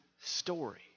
story